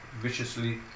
viciously